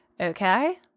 Okay